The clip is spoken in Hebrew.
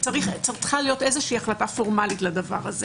החלטה פורמלית לכך.